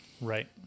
Right